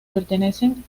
pertenecen